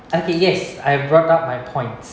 okay yes I've brought up my points